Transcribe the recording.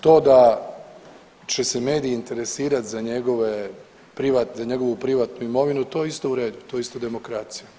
To da će se mediji interesirati za njegovu privatnu imovinu to je isto u redu, to je isto demokracija.